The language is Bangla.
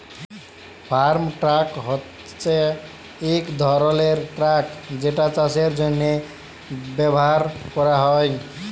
ফার্ম ট্রাক হছে ইক ধরলের ট্রাক যেটা চাষের জ্যনহে ব্যাভার ক্যরা হ্যয়